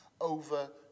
over